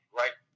right